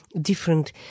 different